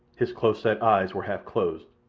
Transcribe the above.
his close-set eyes were half closed,